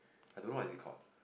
I don't know what is it called